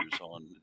on